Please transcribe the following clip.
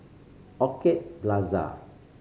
Orchid Plaza